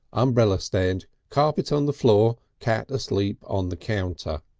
umbrella stand. carpet on the floor. cat asleep on the counter.